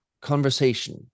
conversation